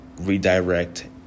redirect